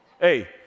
Hey